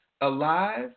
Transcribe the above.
alive